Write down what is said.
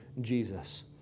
Jesus